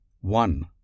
one